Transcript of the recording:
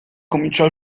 cominciò